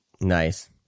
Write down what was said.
Nice